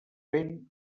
vent